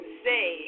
say